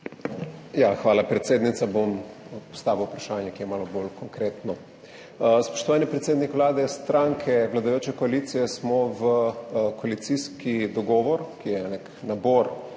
Hvala predsednica. Bom postavil vprašanje, ki je malo bolj konkretno. Spoštovani predsednik Vlade, stranke vladajoče koalicije smo v koalicijski dogovor, ki je nek nabor